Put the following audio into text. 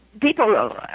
people